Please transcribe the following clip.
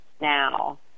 now